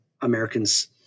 Americans